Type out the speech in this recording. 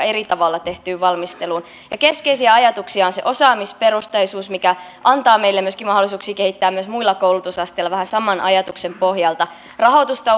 eri tavalla tehtyyn valmisteluun keskeisiä ajatuksia on se osaamisperusteisuus mikä antaa meille myöskin mahdollisuuksia kehittää myös muilla koulutusasteilla vähän saman ajatuksen pohjalta rahoitusta